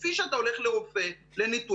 כפי שאתה הולך לרופא לניתוח,